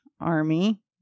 Army